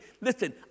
Listen